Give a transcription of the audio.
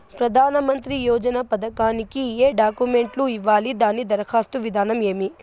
ప్రధానమంత్రి యోజన పథకానికి ఏ డాక్యుమెంట్లు ఇవ్వాలి దాని దరఖాస్తు విధానం ఏమి